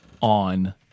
on